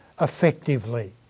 effectively